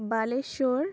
Baleswar